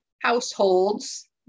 households